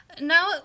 Now